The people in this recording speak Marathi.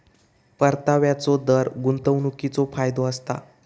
परताव्याचो दर गुंतवणीकीचो फायदो असता